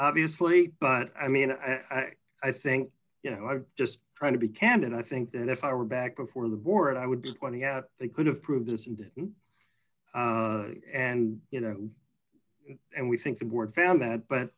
obviously but i mean i think you know i'm just trying to be candid i think that if i were back before the board i would just pointing out they could have proved this and and you know and we think the board found that but